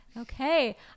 Okay